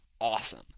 awesome